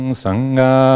sangha